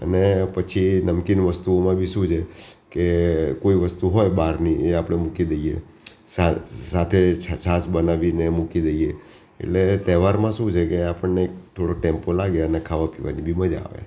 અને પછી નમકીન વસ્તુઓમાં બી શું છે કે કોઈ વસ્તુ હોય બહારની એ આપણે મૂકી દઈએ સાથ સાથે છાસ બનાવીને મૂકી દઈએ એટલે તહેવારમાં શું છે કે આપણને એક થોડો ટેમ્પો લાગે અને ખાવા પીવાની બી મજા આવે